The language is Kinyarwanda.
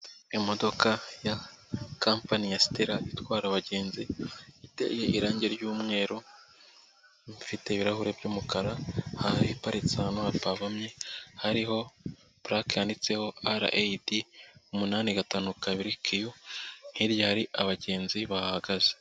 Imodoka ya kampani ya Sitera itwara abagenzi, iteye irange ry'umweru, ifite ibirahuri by'umukara, iparitse ahantu hapavomye, hariho purake yanditseho RAD umunani gatanu kabiri kiyu hirya hari abagenzi bahagaze.